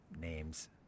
names